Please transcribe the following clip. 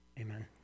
amen